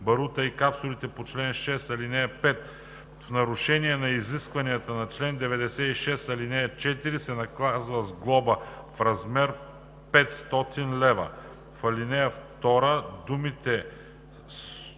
барута и капсулите по чл. 6, ал. 5, в нарушение на изискванията на чл. 96, ал. 4, се наказва с глоба в размер 500 лв.“ 2. В ал. 2 думите